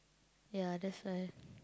ya that's why